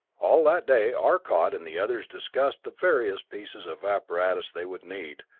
all that day arcot and the others discussed the various pieces of apparatus they would need,